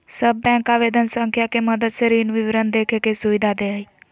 सब बैंक आवेदन संख्या के मदद से ऋण विवरण देखे के सुविधा दे हइ